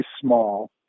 small